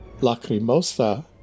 Lacrimosa